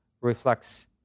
reflects